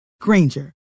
Granger